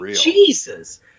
Jesus